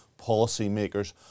policymakers